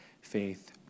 faith